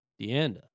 DeAnda